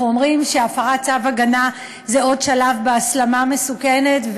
אנחנו אומרים שהפרת צו הגנה זה עוד שלב בהסלמה המסוכנת,